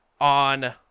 on